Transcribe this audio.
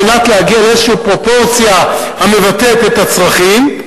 על מנת להגיע לאיזה פרופורציה המבטאת את הצרכים,